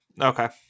Okay